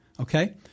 okay